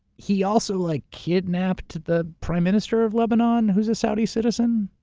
he also like kidnapped the prime minister of lebanon, who's a saudi citizen?